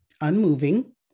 unmoving